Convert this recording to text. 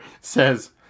says